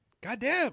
goddamn